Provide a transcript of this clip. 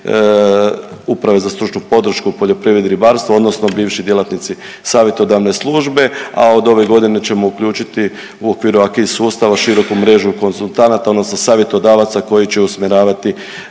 Uprave za stručnu podršku u poljoprivredi i ribarstvu odnosno bivši djelatnici savjetodavne službe, a od ove godine ćemo uključiti u okviru AKIS sustava široku mrežu konzultanata odnosno savjetodavaca koji će usmjeravati